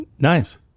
Nice